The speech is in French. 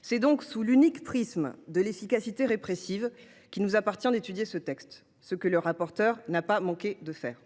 C’est donc sous l’unique prisme de l’efficacité répressive qu’il nous appartient d’étudier ce texte. Notre rapporteur n’a pas manqué de le faire.